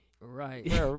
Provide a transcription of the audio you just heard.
right